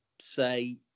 say